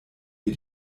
wir